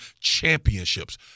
championships